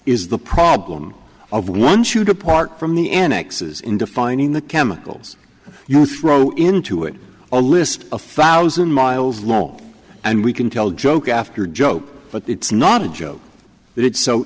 is the problem of one shoot apart from the n x is in defining the chemicals you throw into it a list a thousand miles long and we can tell joke after joke but it's not a joke but it's so